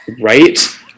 right